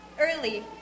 Early